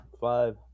five